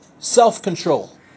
Self-control